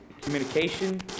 communication